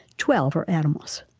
twelve are animals.